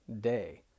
day